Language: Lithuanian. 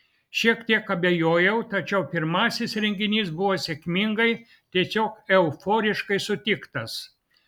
šiek tiek abejojau tačiau pirmasis renginys buvo sėkmingai tiesiog euforiškai sutiktas